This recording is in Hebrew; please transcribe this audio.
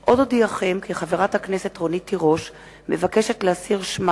אופיר פינס-פז ורוני בר-און וקבוצת חברי הכנסת,